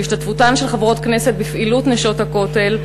והשתתפותן של חברות כנסת בפעילות "נשות הכותל",